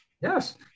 Yes